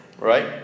Right